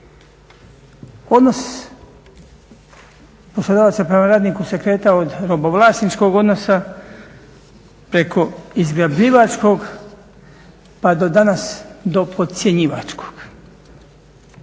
Odnos poslodavaca prema radniku se kretao od robovlasničkog odnosa, preko izrabljivačkog pa do danas do podcjenjivačkog.